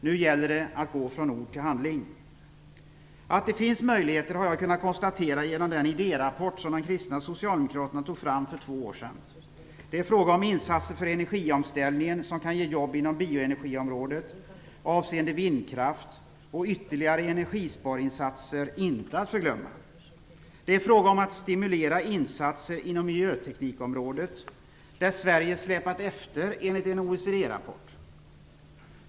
Nu gäller det att gå från ord till handling. Att det finns möjligheter har jag kunnat konstatera genom den idérapport som de kristna socialdemokraterna tog fram för två år sedan. Det är fråga om insatser för energiomställningen som kan ge jobb inom bioenergiområdet avseende vindkraft, och ytterligare energisparinsatser inte att förglömma. Det är fråga om att stimulera insatser inom miljöteknikområdet, där Sverige släpat efter, enligt en OECD-rapport.